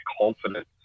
confidence